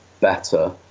better